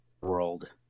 world